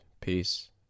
peace